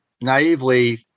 naively